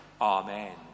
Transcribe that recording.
Amen